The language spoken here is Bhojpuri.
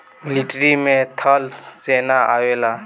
मिलिट्री में थल सेना आवेला